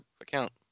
account